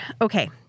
Okay